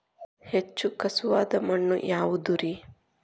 ಹೆಚ್ಚು ಖಸುವಾದ ಮಣ್ಣು ಯಾವುದು ರಿ?